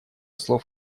слов